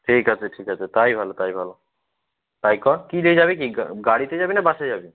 ঠিক আছে ঠিক আছে তাই ভালো তাই ভালো তাই কর কী রে যাবি কী গাড়িতে যাবি না বাসে যাবি